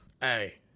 hey